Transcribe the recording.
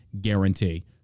guarantee